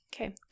Okay